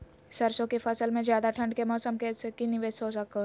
सरसों की फसल में ज्यादा ठंड के मौसम से की निवेस हो सको हय?